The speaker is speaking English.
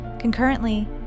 Concurrently